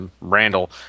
Randall